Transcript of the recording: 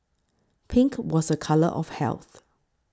pink was a colour of health